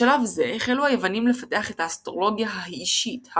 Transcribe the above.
בשלב זה החלו היוונים לפתח את האסטרולוגיה האישית,